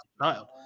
child